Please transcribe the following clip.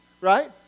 Right